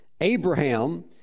Abraham